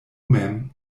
mem